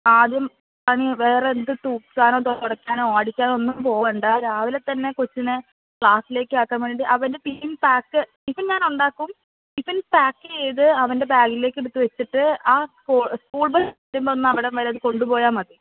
ആദ്യം പണി വേറെ എന്ത് തൂക്കാനോ തുടയ്ക്കാനോ അടിക്കാനോ ഒന്നും പോവണ്ട രാവിലെ തന്നെ കൊച്ചിനെ ക്ലാസിലേക്ക് ആക്കാൻ വേണ്ടി അവൻ്റെ മെയിൻ ടാസ്ക് ടിഫിൻ ഞാൻ ഉണ്ടാക്കും ടിഫിൻ പാക്ക് ചെയ്ത് അവൻ്റെ ബാഗിലേക്ക് എടുത്ത് വെച്ചിട്ട് ആ സ്കൂൾ സ്കൂൾ ബസ് വരുമ്പോൾ ഒന്ന് അവിടെ വരെ കൊണ്ടു പോയാൽ മതി